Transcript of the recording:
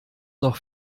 noch